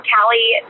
Callie